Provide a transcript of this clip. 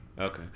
Okay